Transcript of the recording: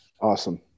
Awesome